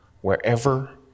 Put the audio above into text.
wherever